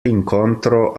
incontro